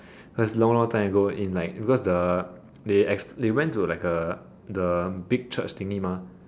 cause long long time ago in like because the they ex~ they went to like a the the big church thingy mah